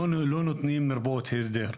לא נותנים מרפאות הסדר,